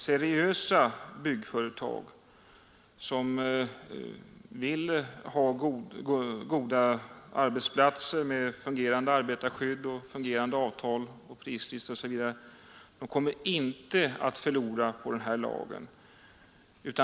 Seriösa byggföretag, som vill ha goda arbetsplatser med fungerande arbetarskydd, fungerande avtal och prislistor, kommer inte att förlora på denna lag.